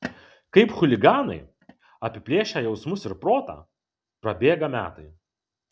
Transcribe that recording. kaip chuliganai apiplėšę jausmus ir protą prabėga metai